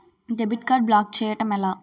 Debit card block చేయటం ఎలా?